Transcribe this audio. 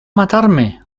matarme